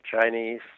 Chinese